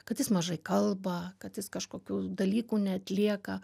kad jis mažai kalba kad jis kažkokių dalykų neatlieka